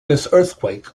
earthquake